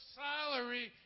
salary